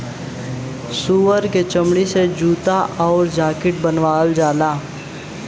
सूअर क चमड़ी से जूता आउर जाकिट बनावल जाला